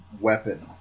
weapon